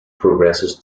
progresses